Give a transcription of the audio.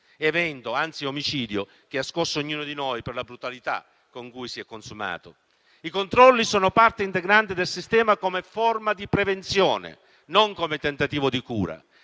evento, ma piuttosto omicidio, che ha scosso ognuno di noi per la brutalità con cui si è consumato. I controlli sono parte integrante del sistema come forma di prevenzione: non come tentativo di cura;